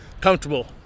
comfortable